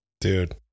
dude